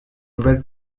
nouvelle